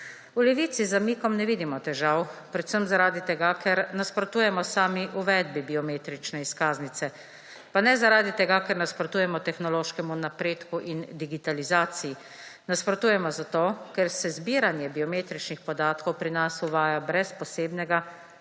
V Levici z zamikom ne vidimo težav, predvsem zaradi tega, ker nasprotujemo sami uvedbi biometrične izkaznice, pa ne zaradi tega, ker nasprotujemo tehnološkemu napredku in digitalizaciji, nasprotujemo zato, ker se zbiranje biometričnih podatkov pri nas uvaja brez posebnega,